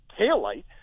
taillight